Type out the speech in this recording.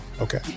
Okay